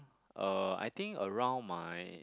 uh I think around my